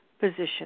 position